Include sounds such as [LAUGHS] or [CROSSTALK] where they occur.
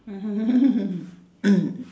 mm [LAUGHS]